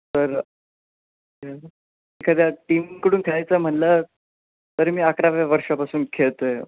तर एखाद्या टीमकडून खेळायचं म्हटलं तर मी अकराव्या वर्षापासून खेळतो आहे